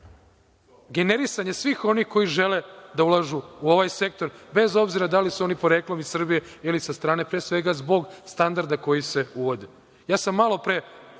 generisanje svih onih koji žele da ulažu u ovaj sektor, bez obzira da li su oni poreklom iz Srbije ili sa strane, pre svega zbog standarda koji se uvode. Ja sam malopre